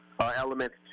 elements